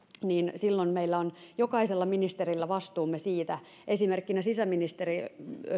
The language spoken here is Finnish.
niin silloin meillä on jokaisella ministerillä vastuumme siitä esimerkkinä sisäministeriössä